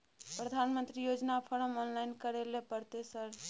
प्रधानमंत्री योजना form online करैले परतै सर?